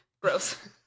Gross